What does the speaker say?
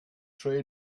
trade